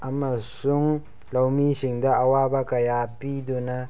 ꯑꯃꯁꯨꯡ ꯂꯧꯃꯤꯁꯤꯡꯗ ꯑꯋꯥꯕ ꯀꯌꯥ ꯄꯤꯗꯨꯅ